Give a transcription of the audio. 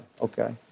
okay